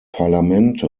parlament